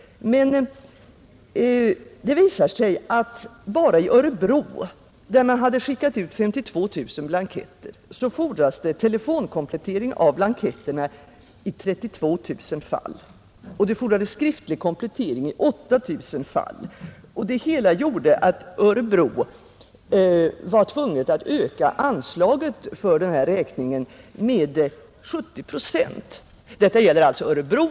Men det visar sig att bara i Örebro, där man hade skickat ut 52 000 blanketter, fordrades det telefonkomplettering av blanketterna i 32 000 fall och skriftlig komplettering i 8 000 fall. Detta medförde att man i Örebro blev tvungen att öka anslaget för folkoch bostadsräkningen med 70 procent. Detta gäller alltså enbart Örebro.